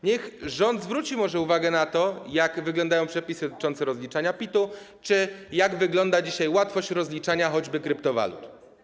Niech rząd może zwróci uwagę na to, jak wyglądają przepisy dotyczące rozliczania PIT-u czy jak wygląda dzisiaj łatwość rozliczania choćby kryptowalut.